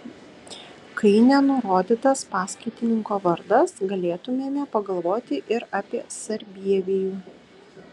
kai nenurodytas paskaitininko vardas galėtumėme pagalvoti ir apie sarbievijų